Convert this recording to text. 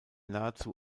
nahezu